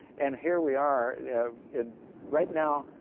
and here we are right now,